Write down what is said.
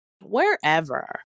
wherever